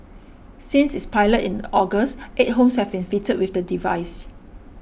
since its pilot in August eight homes have been fitted with the device